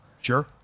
Sure